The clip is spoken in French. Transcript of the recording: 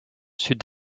sud